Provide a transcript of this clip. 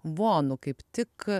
vonu kaip tik